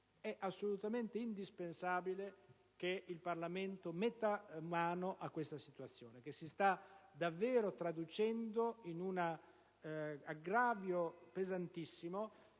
È assolutamente indispensabile che il Parlamento metta mano a questa situazione, che si sta davvero traducendo in un aggravio pesantissimo